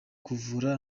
kuvura